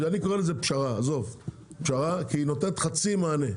אני קוראת לזה פשרה, כי היא נותנת חצי מענה.